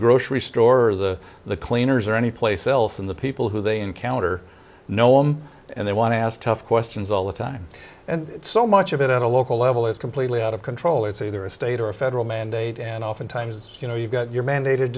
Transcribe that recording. grocery store or the the cleaners or any place else and the people who they encounter no one and they want to ask tough questions all the time and so much of it at a local level is completely out of control it's either a state or a federal mandate and oftentimes you know you've got your mandated